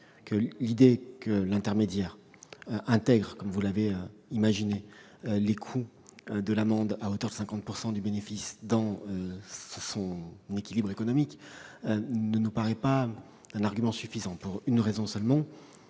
l'idée que l'intermédiaire intègre, comme vous l'avez imaginé, les coûts de l'amende à hauteur de 50 % du bénéfice dans son équilibre économique ne nous paraît pas un argument suffisant, pour une raison simple